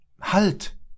Halt